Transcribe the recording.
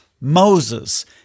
Moses